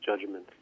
judgment